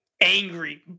angry